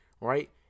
right